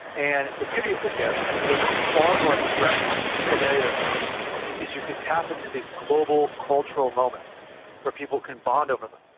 and the beauty of the gif is that it's far more expressive than any other medium because you can tap into these global, cultural moments where people can bond over them.